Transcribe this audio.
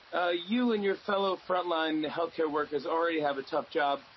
you and your fellow front line health care workers already have a tough job.